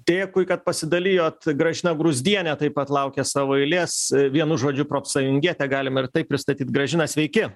dėkui kad pasidalijot gražina gruzdienė taip pat laukia savo eilės vienu žodžiu profsąjungietė galima ir taip pristatyt gražina sveiki